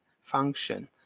function